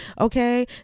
okay